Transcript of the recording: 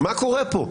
מה קורה פה?